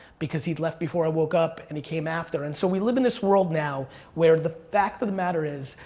because he'd left before i woke up and he came after. and so we live in this world now where the fact of the matter is,